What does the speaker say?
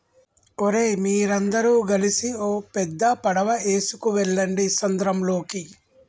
ఓరై మీరందరు గలిసి ఓ పెద్ద పడవ ఎసుకువెళ్ళండి సంద్రంలోకి